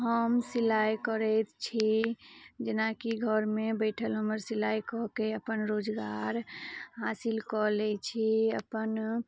हम सिलाइ करैत छी जेनाकि घरमे बैठल हमर सिलाइ कऽ के अपन रोजगार हासिल कऽ लै छी अपन